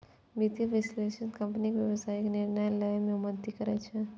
वित्तीय विश्लेषक कंपनी के व्यावसायिक निर्णय लए मे मदति करै छै